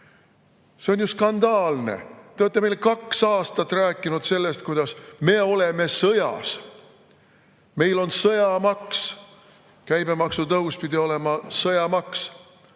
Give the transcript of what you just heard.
See on ju skandaalne. Te olete meile kaks aastat rääkinud sellest, kuidas me oleme sõjas. Meil on sõjamaks – käibemaksu tõus pidi olema sõjamaks.